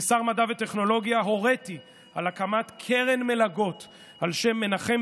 כשר המדע והטכנולוגיה הוריתי על הקמת קרן מלגות על שם מנחם